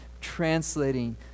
Translating